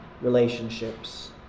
relationships